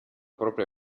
propria